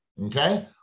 okay